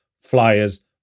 flyers